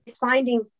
finding